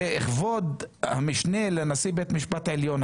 כבוד המשנה לנשיא בית המשפט העליון,